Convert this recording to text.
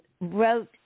wrote